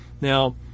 Now